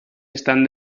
están